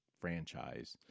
franchise